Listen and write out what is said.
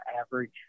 average